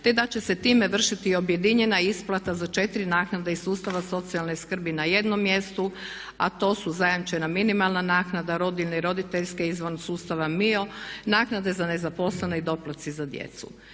te da će se time vršiti i objedinjena isplata za 4 naknade iz sustava socijalne skrbi na jednom mjestu, a to su zajamčena minimalna naknada, rodiljne i roditeljske i izvan sustava MIO, naknade za nezaposlene i doplatci za djecu.